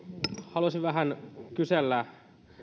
haluaisin vähän kysellä